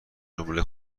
جمله